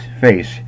face